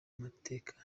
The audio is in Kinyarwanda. mateka